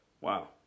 Wow